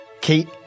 Kate